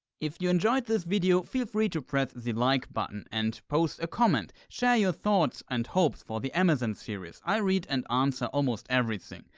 if you enjoyed this video, feel free to press the like button and to post a comment. share your thoughts and hopes for the amazon series, i read and answer almost everything.